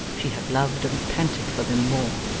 she had loved and panted for them more.